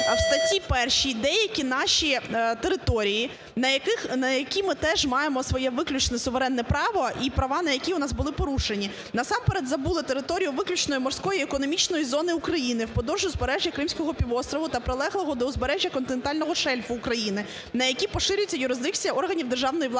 в статті першій деякі наші території, на які ми теж маємо своє виключне суверенне право і права на які у нас були порушені. Насамперед, забули територію виключної морської економічної зони України впродовж узбережжя Кримського півострову та прилеглого до узбережжя континентального шельфу України, на які поширюється юрисдикція органів державної влади